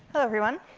everyone.